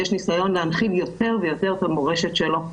יש ניסיון להנחיל יותר ויותר את המורשת שלו.